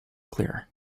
clearer